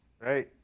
right